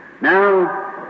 Now